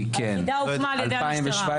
היחידה הוקמה על-ידי המשטרה.